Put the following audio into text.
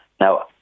Now